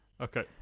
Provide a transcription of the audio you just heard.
Okay